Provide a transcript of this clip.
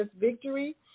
victory